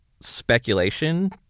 speculation